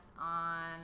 on